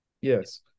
Yes